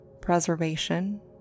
preservation